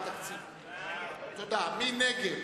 מי נגד?